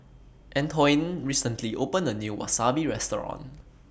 Antoine recently opened A New Wasabi Restaurant